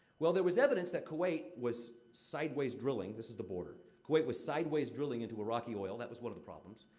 well, there was evidence that kuwait was sideways drilling this is the border kuwait was sideways drilling into iraqi oil. that was one of the problems.